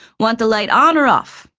want the light on or off?